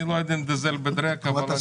אני לא יודע אם די זעלבע דרעק, אבל אני --- יש